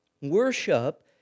worship